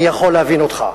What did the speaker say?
אני יכול להבין אותך.